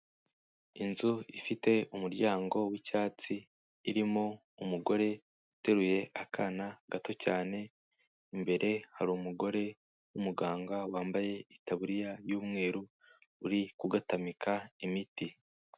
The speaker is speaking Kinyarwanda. Inzu ifite umuryango w'icyatsi, irimo umugore uteruye akana gato cyane, imbere hari umugore w'umuganga wambaye itaburiya y'umweru uri kugatamika imiti.